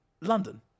London